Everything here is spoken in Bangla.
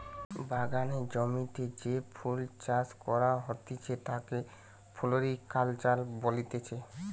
বাগানের জমিতে যে ফুল চাষ করা হতিছে তাকে ফ্লোরিকালচার বলতিছে